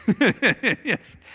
Yes